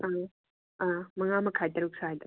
ꯑꯥ ꯑꯥ ꯃꯉꯥ ꯃꯈꯥꯏ ꯇꯔꯨꯛ ꯁ꯭ꯋꯥꯏꯗ